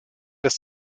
des